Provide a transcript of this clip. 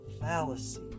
fallacy